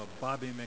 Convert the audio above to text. Bobby